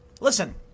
Listen